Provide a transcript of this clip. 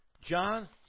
John